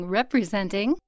representing